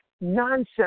nonsense